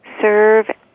serve